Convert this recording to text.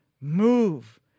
move